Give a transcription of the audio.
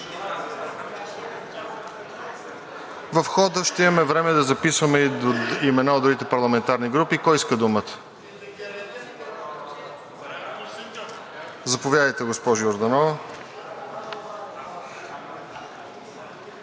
В хода ще имаме време да записваме имена от другите парламентарни групи. Кой иска думата? Заповядайте, госпожо Йорданова.